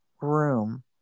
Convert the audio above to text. room